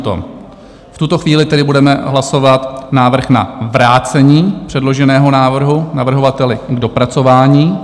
V tuto chvíli tedy budeme hlasovat návrh na vrácení předloženého návrhu navrhovateli k dopracování.